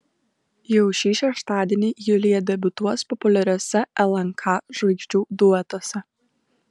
jau šį šeštadienį julija debiutuos populiariuose lnk žvaigždžių duetuose